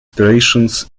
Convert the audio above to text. operations